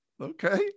Okay